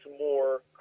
more